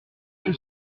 que